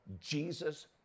Jesus